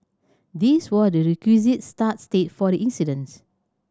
this were the requisite start state for the incidents